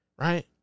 right